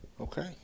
Okay